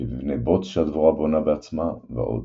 במבני בוץ שהדבורה בונה בעצמה, ועוד.